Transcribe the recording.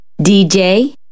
DJ